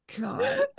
God